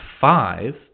five